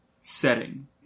setting